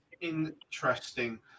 interesting